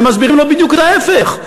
והם מסבירים לו בדיוק את ההפך,